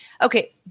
Okay